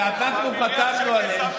ואנחנו חתמנו עליהן,